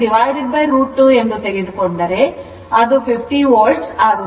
7 √ 2 ಎಂದು ತೆಗೆದುಕೊಂಡರೆ ಅದು 50 ವೋಲ್ಟ್ ಆಗುತ್ತದೆ